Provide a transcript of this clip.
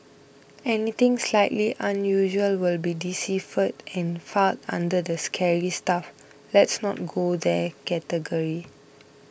anything slightly unusual will be deciphered and filed under the scary stuff let's not go there category